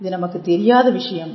இது நமக்குத் தெரியாத விஷயம்